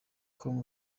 com